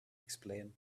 explain